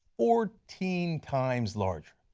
fourteen times larger.